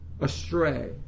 astray